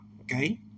Okay